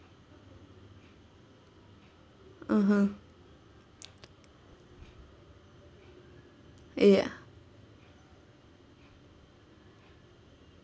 (uh huh) ya